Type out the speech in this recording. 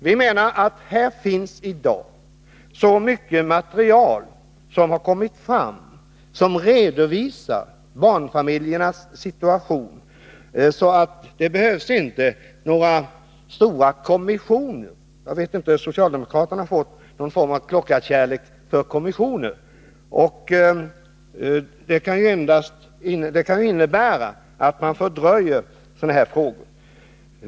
Vi menar att det i dag finns så mycket material som redovisar barnfamiljernas situation att det inte behövs några stora kommissioner. Socialdemokraterna tycks ha fått något slags klockarkärlek till kommissioner. Men en sådan utredning kan innebära att man fördröjer lösningen av de här frågorna.